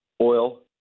oil